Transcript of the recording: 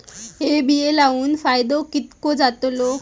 हे बिये लाऊन फायदो कितको जातलो?